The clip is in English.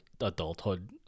adulthood